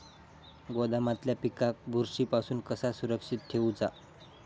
गोदामातल्या पिकाक बुरशी पासून कसा सुरक्षित ठेऊचा?